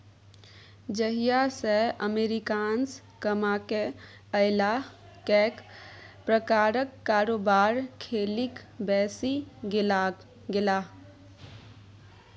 जहिया सँ अमेरिकासँ कमाकेँ अयलाह कैक प्रकारक कारोबार खेलिक बैसि गेलाह